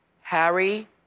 Harry